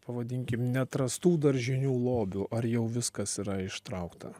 pavadinkim neatrastų daržinių lobių ar jau viskas yra ištraukta